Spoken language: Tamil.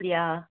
அப்படியா